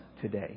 today